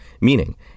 meaning